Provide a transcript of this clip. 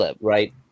right